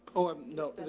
oh, i'm no,